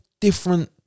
different